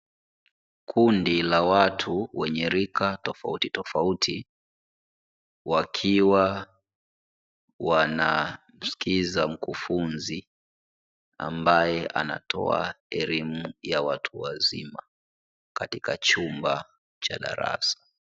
Kundi la watu wenye rika tofauti tofauti wakiwa wanamsikiliza mkufunzi ambaye anatoa elimu ya watu wazima katika chumba cha darasa.